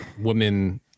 women